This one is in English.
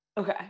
okay